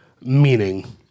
meaning